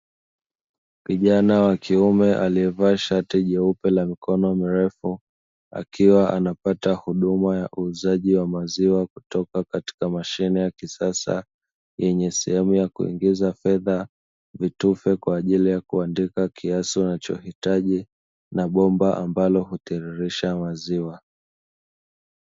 Kijana wa kiume aliyevaa shati jeupe la mikono mirefu, akiwa anapata huduma ya uuzaji wa maziwa kutoka katika mashine ya kisasa yenye sehemu ya kuingiza fedha, vitufe kwa ajili ya kuandika kiasi unachohitaji na bomba ambalo hutiririsha maziwa.